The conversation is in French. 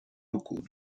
locaux